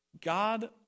God